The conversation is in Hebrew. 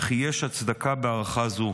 וכי יש הצדקה בהארכה זו.